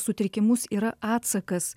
sutrikimus yra atsakas